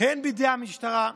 הן בידי המשטרה,